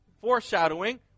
foreshadowing